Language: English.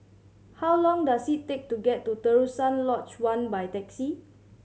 how long does it take to get to Terusan Lodge One by taxi